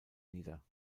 nieder